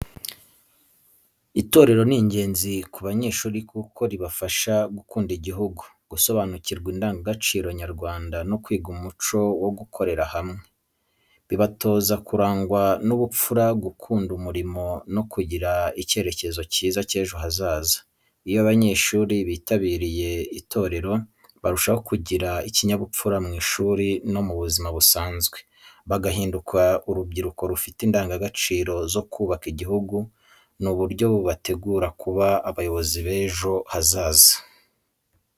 Itorero ni ingenzi ku banyeshuri kuko ribafasha gukunda igihugu, gusobanukirwa indangagaciro nyarwanda no kwiga umuco wo gukorera hamwe. Ribatoza kurangwa n’ubupfura, gukunda umurimo no kugira icyerekezo cyiza cy’ejo hazaza. Iyo abanyeshuri bitabiriye itorero, barushaho kugira ikinyabupfura mu ishuri no mu buzima busanzwe, bagahinduka urubyiruko rufite indangagaciro zo kubaka igihugu. Ni uburyo bubategura kuba abayobozi beza b’ejo hazaza.